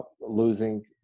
losing